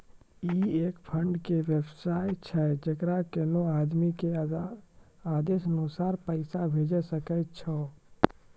ई एक फंड के वयवस्था छै जैकरा कोनो आदमी के आदेशानुसार पैसा भेजै सकै छौ छै?